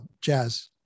jazz